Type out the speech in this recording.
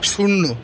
শূন্য